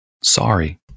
sorry